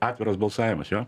atviras balsavimas jo